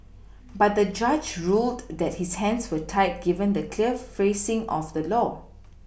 but the judge ruled that his hands were tied given the clear phrasing of the law